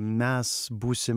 mes būsim